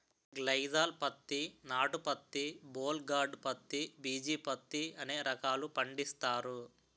గ్లైసాల్ పత్తి నాటు పత్తి బోల్ గార్డు పత్తి బిజీ పత్తి అనే రకాలు పండిస్తారు